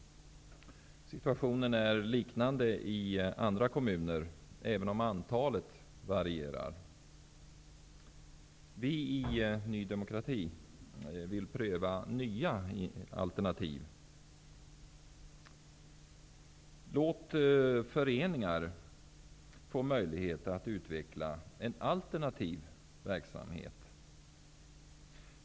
Situationen är liknande i andra kommuner, även om antalet varierar. Vi i Ny demokrati vill pröva nya alternativ. Låt föreningar få möjlighet att utveckla en alternativ verksamhet.